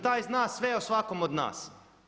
Taj zna sve o svakom od nas.